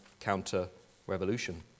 counter-revolution